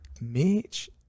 Mitch